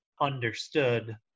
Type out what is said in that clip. understood